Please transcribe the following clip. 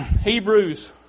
Hebrews